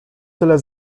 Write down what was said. tyle